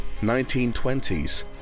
1920s